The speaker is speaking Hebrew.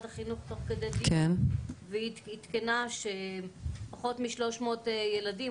החינוך תוך כדי הדיון והיא עדכנה שפחות מ-300 ילדים,